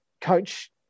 coach